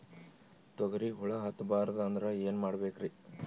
ತೊಗರಿಗ ಹುಳ ಹತ್ತಬಾರದು ಅಂದ್ರ ಏನ್ ಮಾಡಬೇಕ್ರಿ?